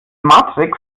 matrix